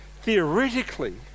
theoretically